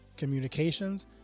communications